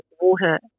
Water